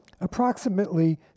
approximately